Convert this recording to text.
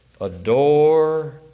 adore